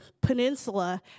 peninsula